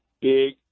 big